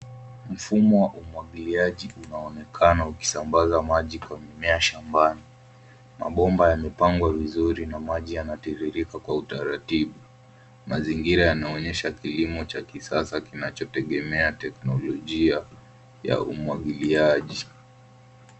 Mfumo wa umwagiliaji unaonekana ukisambaza maji kwa mimea shambani. Mabomba yamepangwa vizuri na maji yanatiririka kwa utaratibu. Mazingira yanaonyesha kilimo cha kisasa kinachotegemea teknolojia ya umwagiliaji.